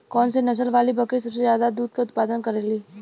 कौन से नसल वाली बकरी सबसे ज्यादा दूध क उतपादन करेली?